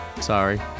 sorry